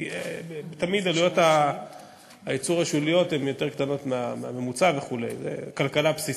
תמיד עלויות הייצור השוליות יותר קטנות מהממוצע וכו' כלכלה בסיסית.